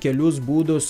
kelius būdus